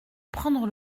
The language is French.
prendre